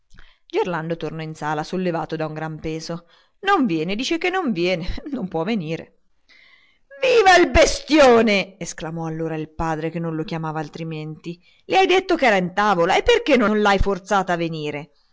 gerlando tornò in sala sollevato da un gran peso non viene dice che non viene non può venire viva il bestione esclamò allora il padre che non lo chiamava altrimenti le hai detto ch'era in tavola e perché non l'hai forzata a venire